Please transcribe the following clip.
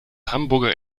hamburger